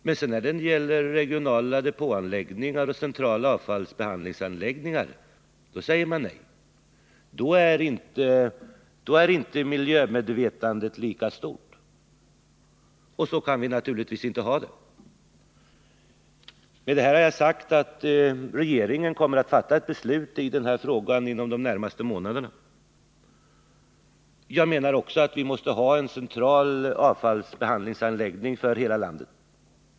Men när det gäller regionala depåanläggningar och centrala avfallsbehandlingsanläggningar, då säger man nej. Då är inte miljömedvetandet lika stort. Och så kan vi naturligtvis inte ha det. Med detta vill jag säga att regeringen kommer att fatta ett beslut i den här frågan inom de närmaste månaderna. Jag menar också att vi måste ha en central avfallsbehandlingsanläggning för hela landet.